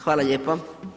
Hvala lijepo.